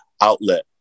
outlet